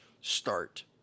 start